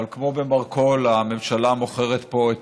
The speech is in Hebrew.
אבל כמו במרכול הממשלה מוכרת פה את